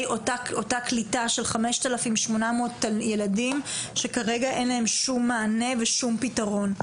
אותה קליטה של 5,800 ילדים שכרגע אין להם כל מענה וכל פתרון.